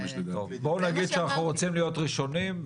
בואו נגיד שאנחנו רוצים להיות ראשונים.